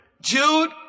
Jude